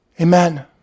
Amen